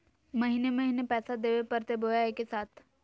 महीने महीने पैसा देवे परते बोया एके साथ?